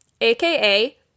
AKA